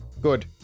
Good